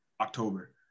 October